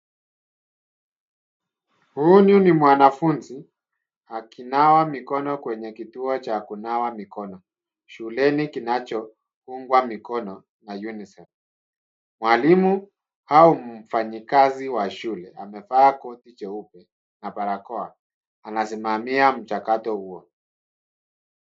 Huyu ni mwanafunzi akinawa mikono kwenye kituo cha kunawa mikono shuleni kinachoungwa mikono na UNICEF. Mwalimu au mfanyikazi wa shule, amevaa koti jeupe na barakoa, anasimamia mchakato huo.